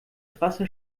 trasse